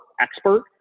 expert